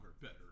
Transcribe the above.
better